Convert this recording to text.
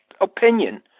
opinion